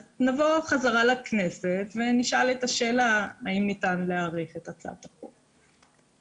נבוא חזרה לכנסת ונשאל את השאלה האם ניתן להאריך את הצעת החוק.